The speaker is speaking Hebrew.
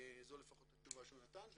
וזו לפחות התשובה שהוא נתן.